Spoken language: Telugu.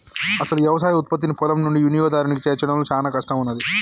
అసలు యవసాయ ఉత్పత్తిని పొలం నుండి వినియోగదారునికి చేర్చడంలో చానా కష్టం ఉన్నాది